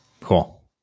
cool